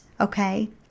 okay